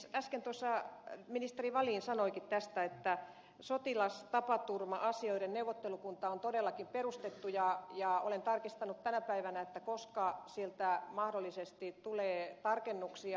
äsken tuossa ministeri wallin sanoikin tästä että sotilastapaturma asioiden neuvottelukunta on todellakin perustettu ja olen tarkistanut tänä päivänä koska sieltä mahdollisesti tulee tarkennuksia